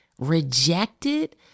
rejected